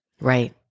Right